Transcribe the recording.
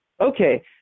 okay